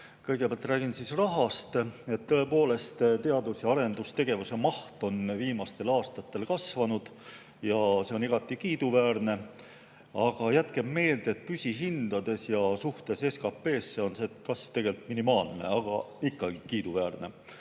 Kõigepealt räägin rahast. Tõepoolest, teadus‑ ja arendustegevuse maht on viimastel aastatel kasvanud ja see on igati kiiduväärne, aga jätkem meelde, et püsihindades ja suhtes SKP‑sse on see kasv tegelikult minimaalne – aga ikkagi kiiduväärne.